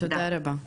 תודה רבה.